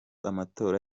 amatora